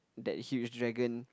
that huge dragon